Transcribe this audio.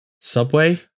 subway